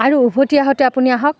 আৰু উভতি আহোঁতে আপুনি আহক